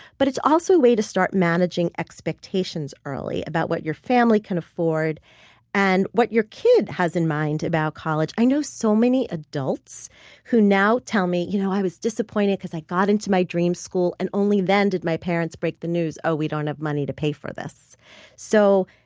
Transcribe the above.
but it's also a way to start managing expectations early about what your family can afford and what your kid has in mind about college. i know so many adults who now tell me you know, i was disappointed because i got into my dream school and only then did my parents break the news oh we don't have money to pay for this so,